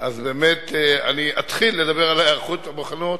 אז באמת אני אתחיל לדבר על ההיערכות והמוכנות